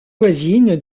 voisine